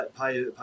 Pay